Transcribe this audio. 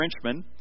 Frenchman